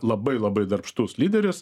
labai labai darbštus lyderis